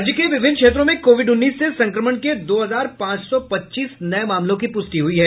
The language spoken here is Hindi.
राज्य के विभिन्न क्षेत्रों में कोविड उन्नीस से संक्रमण के दो हजार पांच सौ पच्चीस नये मामलों की पुष्टि हुई है